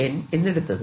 N എന്നെടുത്തത്